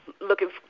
looking